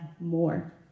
more